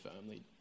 firmly